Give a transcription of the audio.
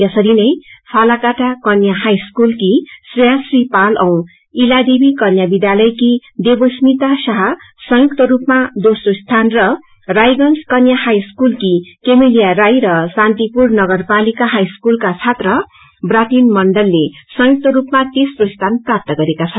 यसरी नै फालाकाट कन्य हाई स्कूल की श्रेयाश्री पाल औ इलादेवी कन्या विध्यालयकी देवोस्मिता शाहा संयुक्त रूपमा दोस्रो स्थान र रायगंज कन्या हाई स्कूल की केमेलिया राय र शान्तिपुर नगरपालिका हाई स्कूलका छात्र प्रतिन मण्डलले संयुक्त रूपमा तेस्रो स्थान प्राप्त गरेका छन्